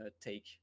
take